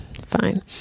Fine